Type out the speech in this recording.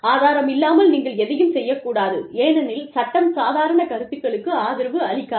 ஆதாரம் இல்லாமல் நீங்கள் எதையும் சொல்லக் கூடாது ஏனெனில் சட்டம் சாதாரண கருத்துக்களுக்கு ஆதரவு அளிக்காது